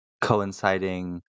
coinciding